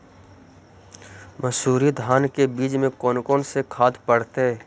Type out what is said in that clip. मंसूरी धान के बीज में कौन कौन से खाद पड़तै?